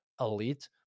elite